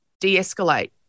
de-escalate